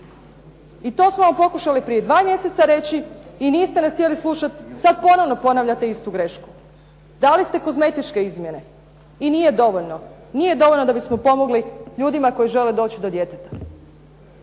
I to smo vam pokušali prije 2 mjeseca reći i niste nas htjeli slušati, sad ponovno ponavljate istu grešku. Dali ste kozmetičke izmjene i nije dovoljno, nije dovoljno da bismo pomogli ljudima koji žele doći do djeteta.